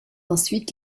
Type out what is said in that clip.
ensuite